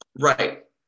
Right